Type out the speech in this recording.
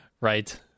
Right